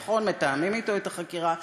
נכון, מתאמים אתו את החקירה.